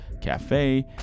cafe